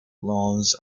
loans